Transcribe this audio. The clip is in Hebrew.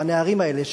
בנערים האלה,